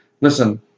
Listen